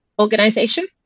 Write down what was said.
organization